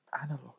Analog